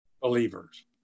Believers